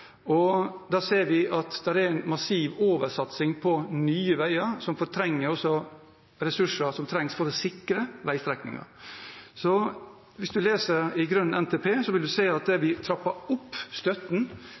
og da ser vi at det er en massiv oversatsing på nye veier, som fortrenger ressurser som trengs for å sikre veistrekninger. Hvis en leser grønn NTP, vil en se at vi trapper opp støtten